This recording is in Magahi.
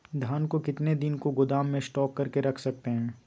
धान को कितने दिन को गोदाम में स्टॉक करके रख सकते हैँ?